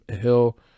Hill